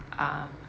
ah